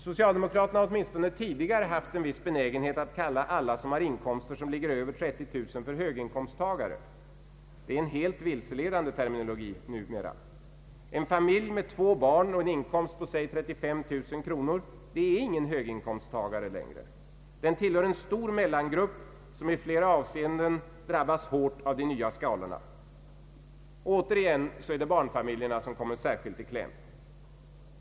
Socialdemokraterna har åtminstone tidigare haft en viss benägenhet att kalla alla som har inkomster som ligger över 30 000 kronor för höginkomsttagare. Det är numera en helt vilseledande terminologi. En familj med två barn och en inkomst på 35 000 kronor är inte längre höginkomsttagare. Den tillhör en stor mellangrupp som i flera avseenden drabbas hårt av de nya skalorna. Återigen är det särskilt barnfamiljerna som kommer i kläm.